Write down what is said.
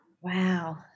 Wow